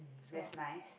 that's nice